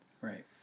Right